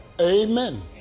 Amen